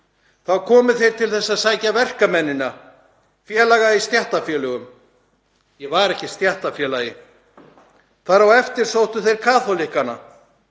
Þá komu þeir til að sækja verkamennina, félaga í stéttarfélögum. Ég var ekki stéttarfélagi. Þar á eftir sóttu þeir kaþólikkana.